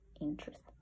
interest